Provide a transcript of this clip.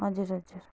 हजुर हजुर